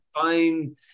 fine